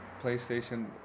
PlayStation